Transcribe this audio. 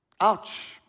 Ouch